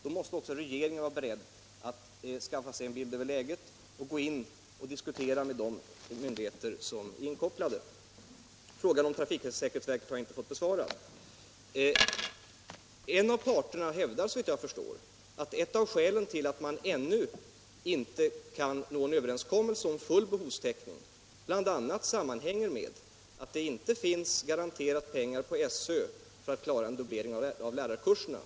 Då måste också regeringen vara beredd att skaffa sig en bild av läget och diskutera med de myndigheter som är inkopplade. Frågan om trafiksäkerhetsverket har jag inte fått besvarad. En av parterna hävdar såvitt jag förstår att ett av skälen till att man ännu inte kan nå en överenskommelse om full behovstäckning bl.a. sammanhänger med att det inte finns pengar garanterade för SÖ för en dubblering av lärarkurserna.